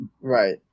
Right